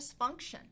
dysfunction